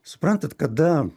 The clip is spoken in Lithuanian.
suprantat kada